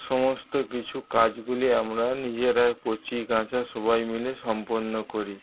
সমস্ত কিছু কাজগুলি আমরা নিজেরাই কচি কাঁচা সবাই মিলে সম্পন্ন করি